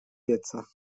pieca